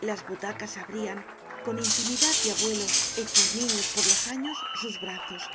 las butacas abrían con intimidad de abuelos hechos niños por los años sus brazos